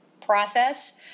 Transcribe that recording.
process